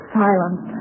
silence